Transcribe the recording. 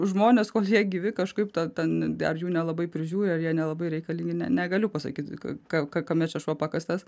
žmonės kol jie gyvi kažkaip to ten ar jų nelabai prižiūri ar jie nelabai reikalingi ne negaliu pasakyti ka kame čia šuo pakastas